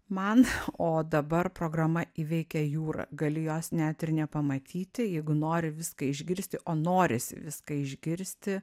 man o dabar programa įveikė jūrą gali jos net ir nepamatyti jeigu nori viską išgirsti o norisi viską išgirsti